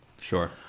Sure